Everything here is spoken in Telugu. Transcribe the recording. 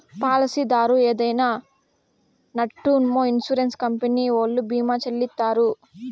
పాలసీదారు ఏదైనా నట్పూమొ ఇన్సూరెన్స్ కంపెనీ ఓల్లు భీమా చెల్లిత్తారు